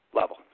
level